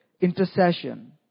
intercession